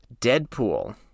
Deadpool